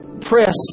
press